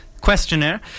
questionnaire